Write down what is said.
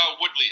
Woodley